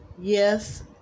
yes